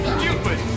Stupid